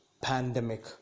pandemic